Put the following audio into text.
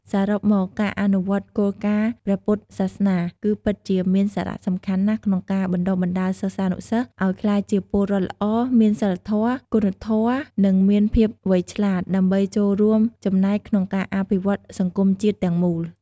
សរុបមក ការអនុវត្តគោលការណ៍ព្រះពុទ្ធសាសនា គឺពិតជាមានសារៈសំខាន់ណាស់ក្នុងការបណ្ដុះបណ្ដាលសិស្សានុសិស្សឲ្យក្លាយជាពលរដ្ឋល្អ មានសីលធម៌ គុណធម៌ និងមានភាពវៃឆ្លាត ដើម្បីចូលរួមចំណែកក្នុងការអភិវឌ្ឍសង្គមជាតិទាំងមូល។